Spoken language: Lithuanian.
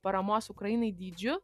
paramos ukrainai dydžiu